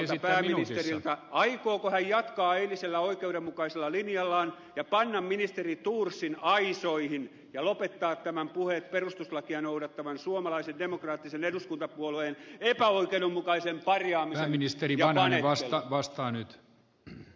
arvoisalta pääministeriltä aikooko hän jatkaa eilisellä oikeudenmukaisella linjallaan ja panna ministeri thorsin aisoihin ja lopettaa tämän puheet perustuslakia noudattavan suomalaisen demokraattisen eduskuntapuolueen epäoikeudenmukaisen parjaamisen ja panettelun